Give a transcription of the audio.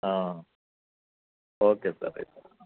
okay sir అయితే